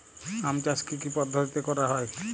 আম চাষ কি কি পদ্ধতিতে করা হয়?